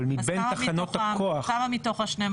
אבל מבין תחנות הכוח- -- אז כמה מתוך ה-12?